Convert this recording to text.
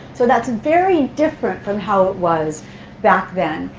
so that's very different from how it was back then.